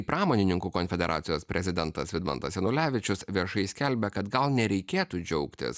pramonininkų konfederacijos prezidentas vidmantas janulevičius viešai skelbia kad gal nereikėtų džiaugtis